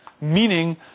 Meaning